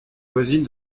voisine